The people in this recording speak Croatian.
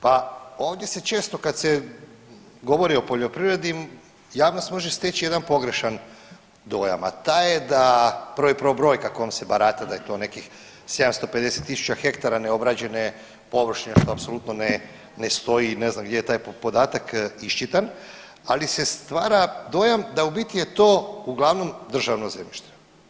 Pa ovdje se često kad se govori o poljoprivredi javnost može steći jedan pogrešan dojam, a taj je da prvo i prvo brojka kojom se barata da je to nekih 750.000 hektara neobrađene površine što apsolutno ne stoji i ne znam gdje je taj podatak iščitan, ali se stvara dojam da u biti je to uglavnom državno zemljište.